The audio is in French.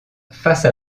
face